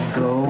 go